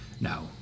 Now